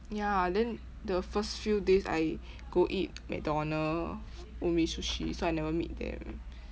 ya then the first few days I go eat macdonald umi sushi so I never meet them